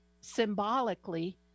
symbolically